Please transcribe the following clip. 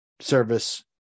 service